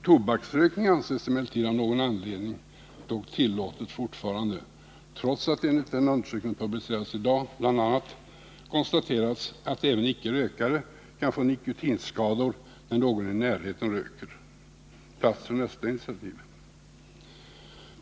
Tobaksrökning anses emellertid av någon anledning tillåten fortfarande, trots att det enligt en undersökning som publiceras i dag bl.a. konstateras att även icke-rökare kan få nikotinskador när någon i närheten röker. Plats för nästa initiativ!